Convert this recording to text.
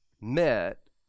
met